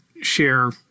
share